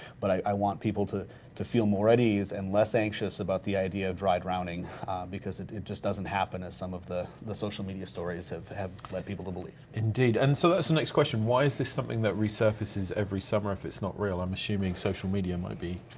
but i want people to to feel more at ease and less anxious about the idea of dry drowning because it it just doesn't happen as some of the the social media stories have have led people to believe. indeed, and so that's the next question. why is this something that resurfaces every summer if it's not real? i'm assuming social media might be